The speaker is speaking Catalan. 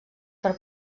per